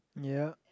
ya